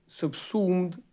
subsumed